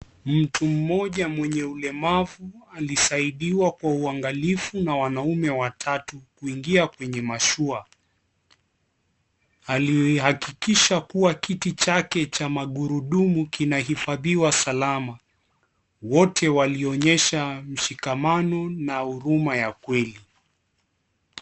Mtu mmoja mwenye ulemavu alisaidiwa kwa uangalifu na wanaume watatu kuingia kwenye mashuwa. Alihakikisha kuwa kiti chake cha magurudumu kinahifadhiwa salama. Wote walionyesha mshikamano na huruma ya kweli.